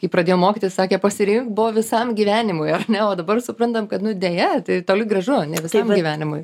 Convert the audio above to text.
kai pradėjom mokytis sakė pasirink buvo visam gyvenimui ar ne o dabar suprantam kad nu deja tai toli gražu a ne visam gyvenimui